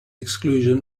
exclusion